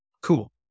cool